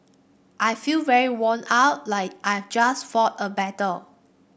I feel very worn out like I've just fought a battle